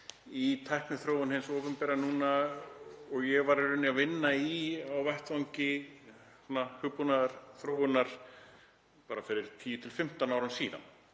í tækniþróun hins opinbera núna sem ég var í rauninni að vinna að á vettvangi hugbúnaðarþróunar fyrir 10–15 árum síðan.